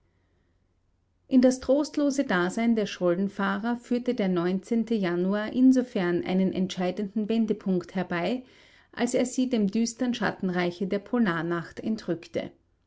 in das trostlose dasein der schollenfahrer führte der januar insofern einen entscheidenden wendepunkt herbei als er sie dem düstern schattenreiche der polarnacht entrückte